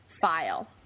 file